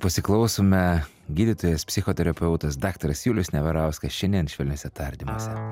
pasiklausome gydytojas psichoterapeutas daktaras julius neverauskas šiandien švelniuose tardymuose